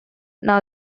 now